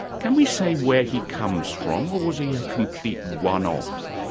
can we say where he comes from or was he a complete one-off?